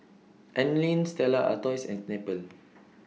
Anlene Stella Artois and Snapple